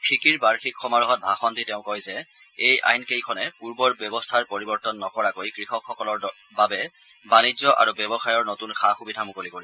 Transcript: ফিকিৰ বাৰ্যিক সমাৰোহত ভাষণ দি তেওঁ কয় যে এই আইন কেইখনে পূৰ্বৰ ব্যৱস্থাৰ পৰিৱৰ্তন নকৰাকৈ কৃষকসকলৰ বাবে বাণিজ্য আৰু ব্যৱসায়ৰ নতূন সা সুবিধা মুকলি কৰিব